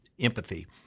empathy